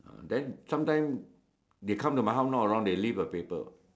then sometime they come to my house not around they leave the paper